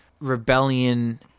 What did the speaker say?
rebellion